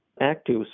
active